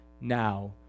now